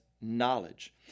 knowledge